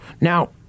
Now